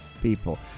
people